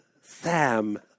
Sam